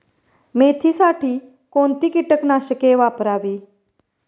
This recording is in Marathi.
मेथीसाठी कोणती कीटकनाशके वापरावी?